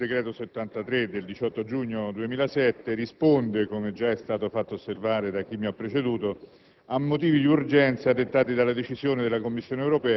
l'atto di conversione in legge del decreto-legge n. 73 del 18 giugno 2007 risponde, come già è stato fatto osservare da chi mi ha preceduto,